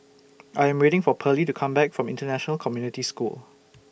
I Am waiting For Perley to Come Back from International Community School